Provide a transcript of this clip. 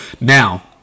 Now